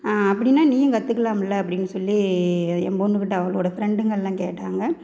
அப்படின்னா நீயும் கற்றுக்கலாம்ல அப்படின் சொல்லி அதை என் பொண்ணுகிட்ட அவளோட ஃப்ரெண்டுங்கள்லாம் கேட்டாங்க